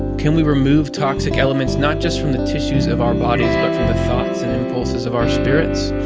can we remove toxic elements not just from the tissues of our bodies but from the thoughts and impulses of our spirits?